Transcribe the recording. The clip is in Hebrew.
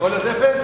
יכול להיות אפס?